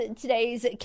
today's